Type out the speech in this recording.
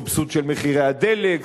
סבסוד של מחירי הדלק,